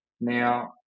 Now